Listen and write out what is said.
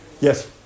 Yes